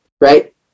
right